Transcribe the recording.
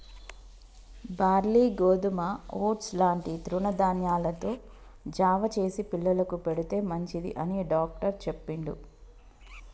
barley గోధుమ oats లాంటి తృణ ధాన్యాలతో జావ చేసి పిల్లలకు పెడితే మంచిది అని డాక్టర్ చెప్పిండు